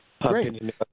great